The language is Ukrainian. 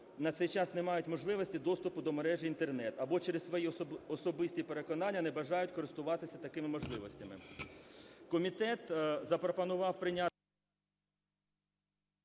на цей час не мають можливості доступу до мережі Інтернет, або через свої особисті переконання не бажають користуватися такими можливостями.